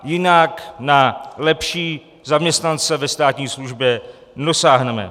Jinak na lepší zaměstnance ve státní službě nedosáhneme.